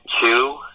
two